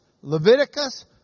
Leviticus